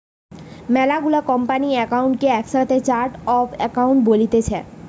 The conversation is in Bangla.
মেলা গুলা কোম্পানির একাউন্ট কে একসাথে চার্ট অফ একাউন্ট বলতিছে